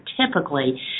typically